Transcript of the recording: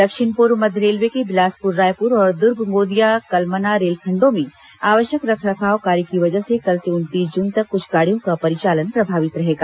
दक्षिण पूर्व मध्य रेलवे के बिलासपुर रायपुर और द्र्ग गोंदिया कलमना रेल खंडो में आवश्यक रख रखाव कार्य की वजह से कल से उनतीस जून तक कुछ गाड़ियों का परिचालन प्रभावित रहेगा